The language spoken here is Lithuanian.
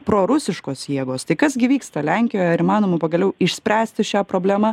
prorusiškos jėgos tai kas gi vyksta lenkijoje ar įmanoma pagaliau išspręsti šią problemą